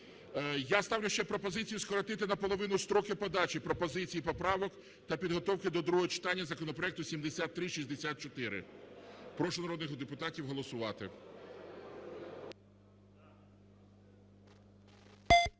я ставлю ще пропозицію скоротити наполовину строки подачі пропозицій і поправок та підготовки до другого читання законопроекту 7364. Прошу народних депутатів голосувати.